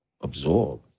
absorb